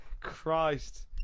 Christ